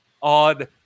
on